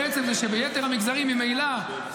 מה שהוא אומר בעצם זה שביתר המגזרים ממילא המינימום